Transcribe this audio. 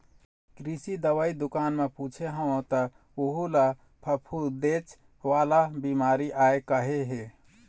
कृषि दवई दुकान म पूछे हव त वहूँ ल फफूंदेच वाला बिमारी आय कहे हे